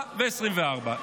ב-2023 הוא עשה וב-2024.